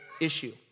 issue